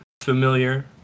familiar